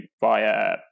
via